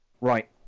right